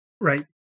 right